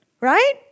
Right